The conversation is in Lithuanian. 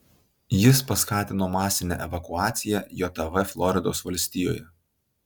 jis paskatino masinę evakuaciją jav floridos valstijoje